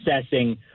assessing